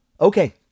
Okay